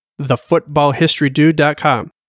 thefootballhistorydude.com